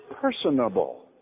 personable